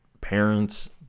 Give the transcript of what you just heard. parents